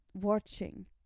watching